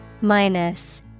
Minus